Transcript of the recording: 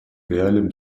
реалиям